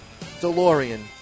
DeLorean